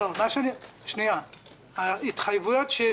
תחזית ההתחייבויות,